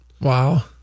Wow